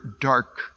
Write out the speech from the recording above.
dark